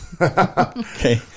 okay